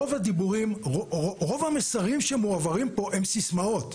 רוב הדיבורים, רוב המסרים שמועברים פה הם סיסמאות.